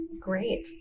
Great